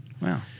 Wow